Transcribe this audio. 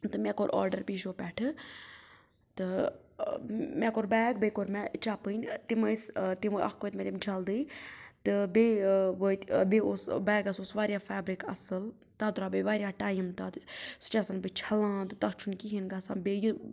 تہٕ مےٚ کوٚر آرڈَر میٖشو پٮ۪ٹھ تہٕ ٲں مےٚ کوٚر بیگ بیٚیہِ کوٚر مےٚ چَپٕنۍ ٲں تِم ٲسۍ ٲں تِم اَکھ وٲتۍ مےٚ تِم جلدی تہٕ بیٚیہِ ٲں وٲتۍ ٲں بیٚیہِ اوس بیگَس اوس واریاہ فیبرِک اصٕل تَتھ درٛاو بیٚیہِ واریاہ ٹایِم تَتھ سُہ چھیٚس بہٕ چھَلان تہٕ تَتھ چھُنہٕ کِہیٖنۍ گَژھان بیٚیہِ یہِ